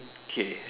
K